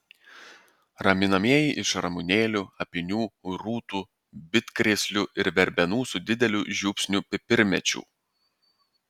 raminamieji iš ramunėlių apynių rūtų bitkrėslių ir verbenų su dideliu žiupsniu pipirmėčių